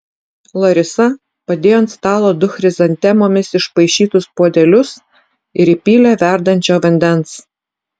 larisa padėjo ant stalo du chrizantemomis išpaišytus puodelius ir įpylė verdančio vandens